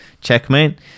checkmate